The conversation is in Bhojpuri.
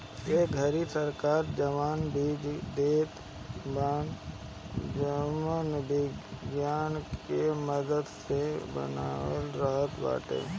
ए घरी सरकार जवन बीज देत बा जवन विज्ञान के मदद से बनल रहत बाटे